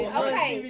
okay